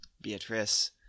Beatrice